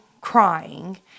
crying